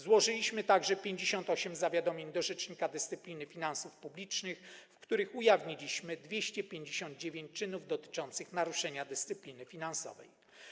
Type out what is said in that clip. Złożyliśmy także 58 zawiadomień do rzecznika dyscypliny finansów publicznych, w których ujawniliśmy 259 czynów dotyczących naruszenia dyscypliny finansowej.